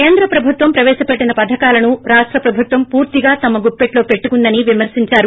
కేంద్ర ప్రభుత్వం ప్రవేశ పెట్టిన పధకాలను రాష్ట ప్రభుత్వం పూర్తిగా తమ గుప్పిట్లో పెట్టుకుందని విమర్పించారు